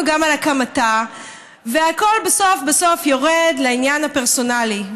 גם על הקמתה והכול בסוף בסוף יורד לעניין הפרסונלי.